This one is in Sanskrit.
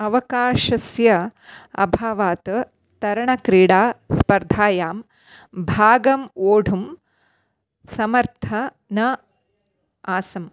अवकाशस्य अभावात् तरणक्रीडा स्पर्धायां भागम् ओढुं समर्था न आसम्